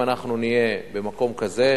אם אנחנו נהיה במקום כזה,